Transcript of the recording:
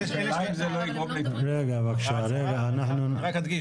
אני אדגיש